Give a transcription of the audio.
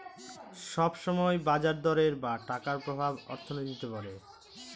সব সময় বাজার দরের বা টাকার প্রভাব অর্থনীতিতে পড়ে